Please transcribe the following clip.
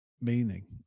meaning